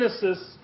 Genesis